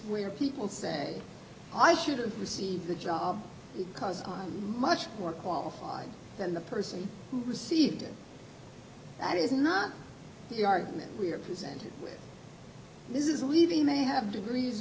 where people say i shouldn't receive the job because i'm much more qualified than the person who received it that is not the argument we're presented with this is leaving may have degrees